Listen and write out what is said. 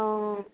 অ'